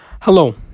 hello